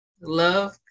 Love